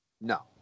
No